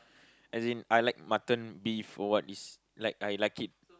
as in I like mutton beef or what is like I like it